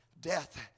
death